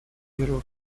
веру